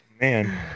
Man